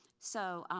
so,